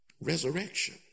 resurrection